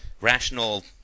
rational